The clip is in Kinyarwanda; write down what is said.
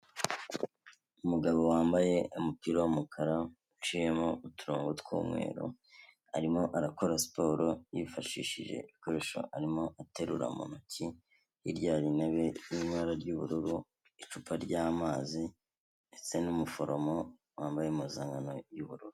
Umugabo wambaye umupira w'umukara uciyemo uturongo tw'umweru arimo arakora siporo yifashishije ibikoresho arimo aterura mu ntoki, hirya hari intebe iri mu ibara ry'ubururu, icupa ry'amazi ndetse n'umuforomo wambaye impuzankano y'ubururu.